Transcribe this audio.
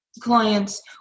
clients